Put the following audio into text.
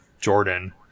Jordan